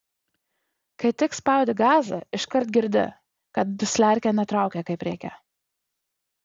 kai tik spaudi gazą iškart girdi kad dusliarkė netraukia kaip reikia